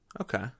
Okay